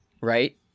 right